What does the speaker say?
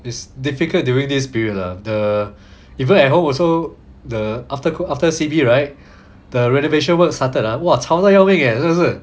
it's difficult during this period lah the even at home also the after after C_B right the renovation work started ah !wah! 吵到要命 leh 真的是